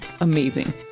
amazing